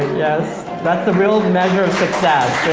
yes. that's a real measure of success